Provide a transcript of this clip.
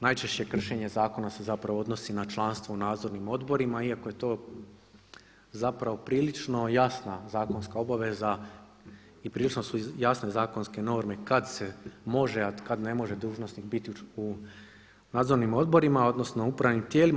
Najčešće kršenje zakona se zapravo odnosi na članstvo u nadzornim odborima iako je to zapravo prilično jasna zakonska obaveza i prilično su jasne zakonske norme kad se može, a kad ne može dužnosnik biti u nadzornim odborima, odnosno upravnim tijelima.